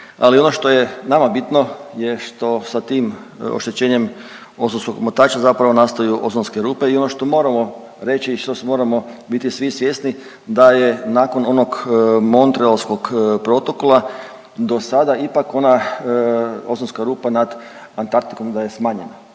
Ali ono što je nama bitno je što sa tim oštećenjem ozonskog omotača zapravo nastaju ozonske rupe i ono što moramo reći i što moramo biti svi svjesni da je nakon onog Montrealskog protokola do sada ipak ona ozonska rupa nad Antarktikom da je smanjena,